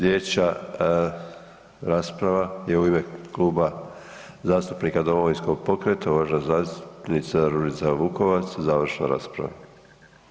Sljedeća rasprava je u ime Kluba zastupnika Domovinskog pokreta, uvažena zastupnica Ružica Vukovac, završna rasprava.